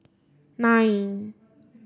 nine